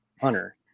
Hunter